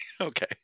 Okay